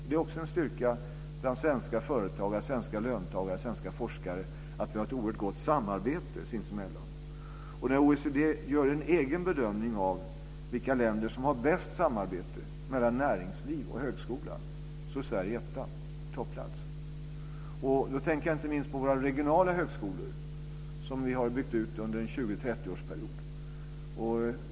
Det är också en styrka bland svenska företag att svenska löntagare och svenska forskare har ett oerhört gott samarbete sinsemellan. När OECD gör en egen bedömning av vilka länder som har bäst samarbete mellan näringsliv och högskola är Sverige etta. Vi har en topplats. Då tänker jag inte minst på våra regionala högskolor, som vi har byggt ut under en period av 20-30 år.